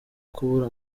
kubura